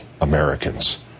Americans